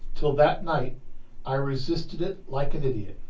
till that night i resisted it like an idiot.